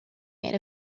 made